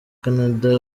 canada